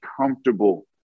comfortable